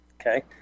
Okay